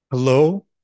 Hello